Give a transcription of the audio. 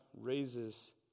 raises